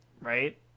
Right